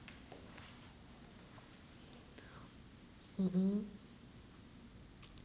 mm mm